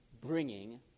bringing